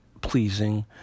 pleasing